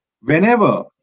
Whenever